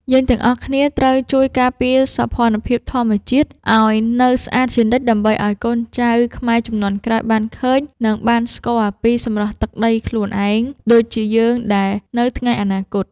យើងទាំងអស់គ្នាត្រូវជួយការពារសោភ័ណភាពធម្មជាតិឱ្យនៅស្អាតជានិច្ចដើម្បីឱ្យកូនចៅខ្មែរជំនាន់ក្រោយបានឃើញ និង បានស្គាល់ពីសម្រស់ទឹកដីខ្លួនឯងដូចជាយើងដែរនៅថ្ងៃអនាគត។